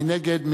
מי נגד?